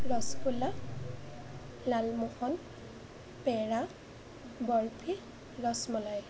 rasgulla lalmohan peda barfi rasmalai